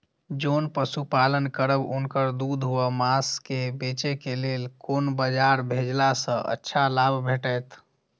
जोन पशु पालन करब उनकर दूध व माँस के बेचे के लेल कोन बाजार भेजला सँ अच्छा लाभ भेटैत?